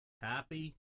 happy